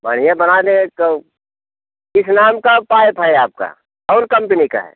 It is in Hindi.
बढ़िया बना दें तो किस नाम का पाइप है आपका कौन कम्पनी का है